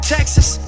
Texas